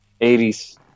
80s